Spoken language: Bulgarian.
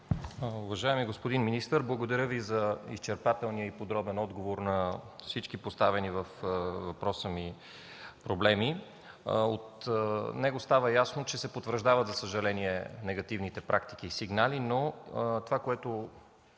Уважаеми господин министър, благодаря Ви за изчерпателния и подробен отговор на всички поставени във въпроса ми проблеми. От него става ясно, че се потвърждават, за съжаление, негативните практики и сигнали, но това, което